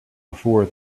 before